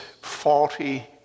faulty